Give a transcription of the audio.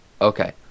Okay